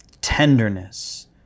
tenderness